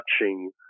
touching